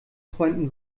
freunden